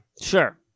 sure